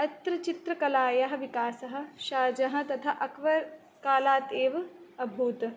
अत्र चित्रकलायाः विकासः शाहजह तथा अक्बर् कालात् एव अभूत्